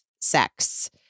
sex